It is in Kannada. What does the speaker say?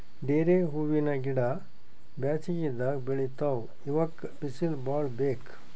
ಡೇರೆ ಹೂವಿನ ಗಿಡ ಬ್ಯಾಸಗಿದಾಗ್ ಬೆಳಿತಾವ್ ಇವಕ್ಕ್ ಬಿಸಿಲ್ ಭಾಳ್ ಬೇಕ್